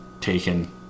taken